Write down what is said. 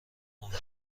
ممکن